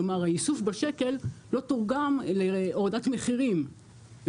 כלומר הייסוף בשקל לא תורגם להורדת מחירים,